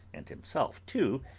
and himself too,